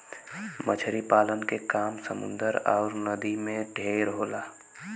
मछरी पालन के काम समुन्दर अउर नदी में ढेर होला